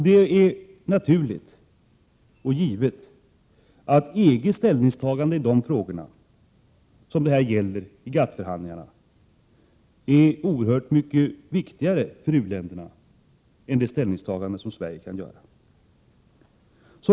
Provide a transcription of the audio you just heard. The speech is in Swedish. Det är naturligt och givet att EG:s ställningstagande i de frågor som det här gäller i GATT-förhandlingarna är oerhört mycket viktigare för u-länderna än det ställningstagande som Sverige kan göra.